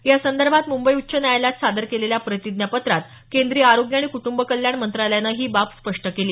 यासंदर्भात मुंबई उच्च न्यायालयात सादर केलेल्या प्रतिज्ञापत्रात केंद्रीय आरोग्य आणि कुटुंब कल्याण मंत्रालयानं ही बाब स्पष्ट केली